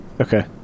Okay